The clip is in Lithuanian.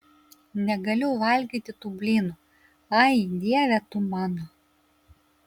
negaliu valgyti tų blynų ai dieve tu mano